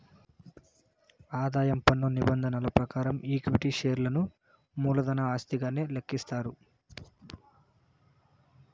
ఆదాయం పన్ను నిబంధనల ప్రకారం ఈక్విటీ షేర్లను మూలధన ఆస్తిగానే లెక్కిస్తారు